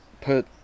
put